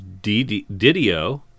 Didio